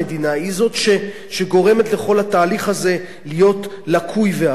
היא זאת שגורמת לכל התהליך הזה להיות לקוי ועקום.